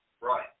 Right